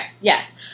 yes